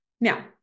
now